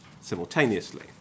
simultaneously